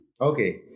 Okay